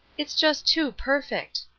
it's just too perfect.